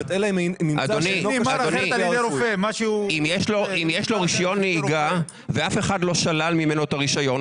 אם יש לו רישיון נהיגה ואף אחד לא שלל ממנו את הרישיון,